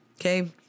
Okay